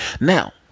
Now